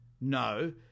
No